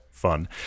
fun